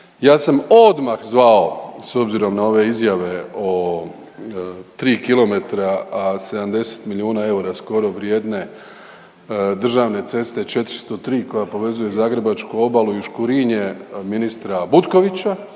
Ja sam odmah zvao s obzirom na ove izjave o 3 km, 70 milijuna eura skoro vrijedne državne ceste 403 koja povezuje zagrebačke obalu Juškurinje ministra Butkovića